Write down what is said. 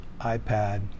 iPad